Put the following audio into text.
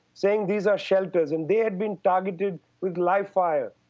saying these are shelters. and they had been targeted with live fire,